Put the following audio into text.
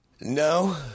no